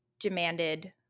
demanded